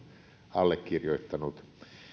allekirjoittanut